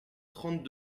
trente